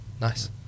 Nice